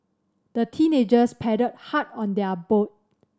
the teenagers paddled hard on their boat